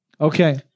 Okay